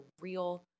real